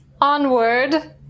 Onward